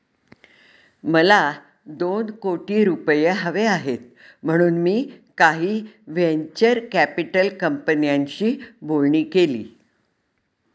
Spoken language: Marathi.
मला दोन कोटी रुपये हवे आहेत म्हणून मी काही व्हेंचर कॅपिटल कंपन्यांशी बोलणी केली